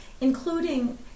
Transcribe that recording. including